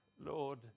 Lord